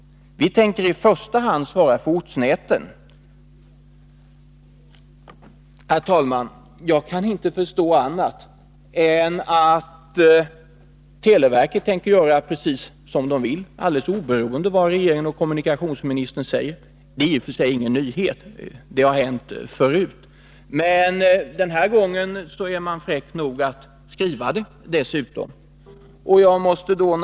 Vi tänker i första hand svara för ortsnäten.” Herr talman! Jag kan inte förstå annat än att televerket tänker göra precis som det vill, alldeles oberoende av vad regeringen och kommunikationsministern säger. Det är i och för sig ingen nyhet — det har hänt förut — men den här gången är man fräck nog att dessutom också redovisa det.